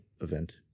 event